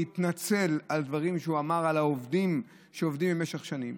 להתנצל על דברים שהוא אמר על העובדים שעובדים במשך שנים.